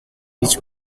each